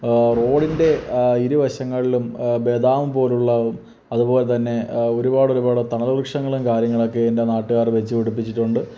റോഡിൻ്റെ ഇരു വശങ്ങളിലും ബദാം പോലുള്ള അതുപോലെ തന്നെ ഒരുപാടൊരുപാട് തണൽ വൃക്ഷണങ്ങളും കാര്യങ്ങളൊക്കെ എൻ്റെ നാട്ടുകാർ വച്ച് പിടിപ്പിച്ചിട്ടുണ്ട്